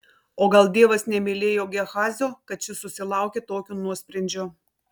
o gal dievas nemylėjo gehazio kad šis susilaukė tokio nuosprendžio